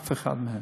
אף אחד מהם.